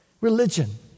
Religion